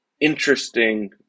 interesting